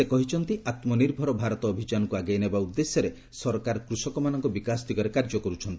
ସେ କହିଛନ୍ତି ଆତ୍ମନିର୍ଭର ଭାରତ ଅଭିଯାନକୁ ଆଗେଇ ନେବା ଉଦ୍ଦେଶ୍ୟରେ ସରକାର କୁଷକମାନଙ୍କ ବିକାଶ ଦିଗରେ କାର୍ଯ୍ୟ କରୁଛନ୍ତି